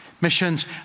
missions